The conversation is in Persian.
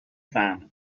فهمه